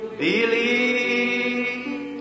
believe